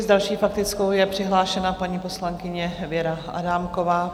Další s faktickou je přihlášena paní poslankyně Věra Adámková.